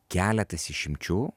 keletas išimčių